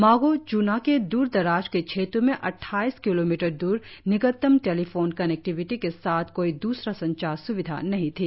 मागो च्ना के द्रदराज के क्षेत्रों में अड्डाईस किलोमीटर दूर निकटमत टेलीफोन कनेक्टिविटी के साथ कोई दूसरा संचार सुविधा नही थी